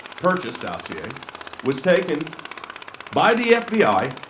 purchase the ah cia was taken by the fbi